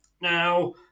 Now